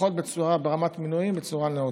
לפחות ברמת מינויים, בצורה נאותה.